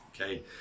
Okay